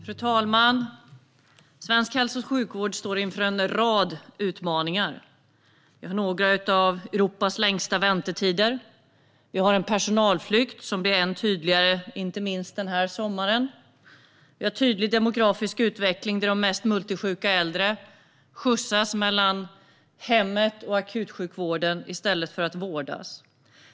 Fru talman! Svensk hälso och sjukvård står inför en rad utmaningar. Vi har bland Europas längsta väntetider. Vi har en personalflykt som blir än tydligare, inte minst denna sommar. Vi har en tydlig demografisk utveckling där de mest multisjuka äldre skjutsas mellan hemmet och akutsjukvården i stället för att vårdas.